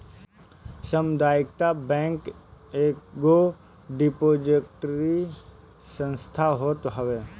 सामुदायिक बैंक एगो डिपोजिटरी संस्था होत हवे